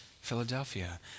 Philadelphia